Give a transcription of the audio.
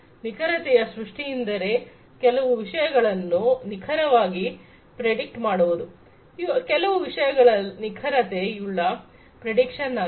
ನಿಖರತೆಯ ಕೃಷಿಯೆಂದರೆ ಕೆಲವು ವಿಷಯಗಳನ್ನು ನಿಖರವಾಗಿ ಪ್ರೆಡಿಕ್ಟಮಾಡುವುದು ಕೆಲವು ವಿಷಯಗಳ ನಿಖರತೆ ಯುಳ್ಳ ಪ್ರೆಡಿಕ್ಷನ್ ಆಗಿದೆ